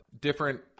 different